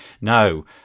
No